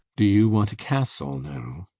do you want a castle now?